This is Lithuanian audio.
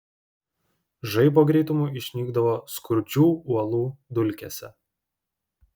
žaibo greitumu išnykdavo skurdžių uolų dulkėse